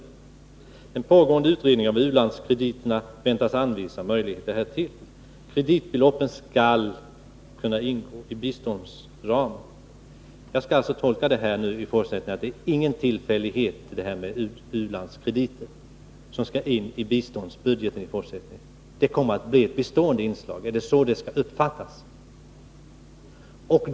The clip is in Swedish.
Den pågående utredningen av u-landskrediterna väntas anvisa möjligheter därtill. Kreditbeloppen skall kunna ingå i biståndsramen,” Jag skall alltså i fortsättningen tolka detta så att det inte är någon tillfällighet att u-landskrediterna tas in i biståndsbudgeten och att så skall bli fallet i fortsättningen. Det kommer att bli ett bestående inslag. Är det så det skall uppfattas?